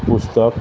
পুস্তক